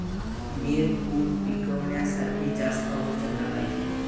मिरपूड पिकवण्यासाठी जास्त पाऊस झाला पाहिजे